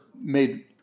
made